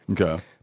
Okay